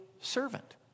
servant